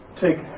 take